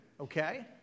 okay